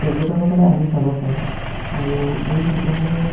পৰ্যটকসকলে আহি চাব পাৰে আৰু এই শিৱসাগৰত